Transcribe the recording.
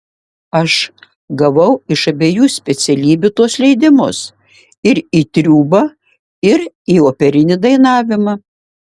aš gavau iš abiejų specialybių tuos leidimus ir į triūbą ir į operinį dainavimą